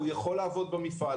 הוא יכול לעבוד במפעל,